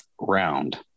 round